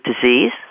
disease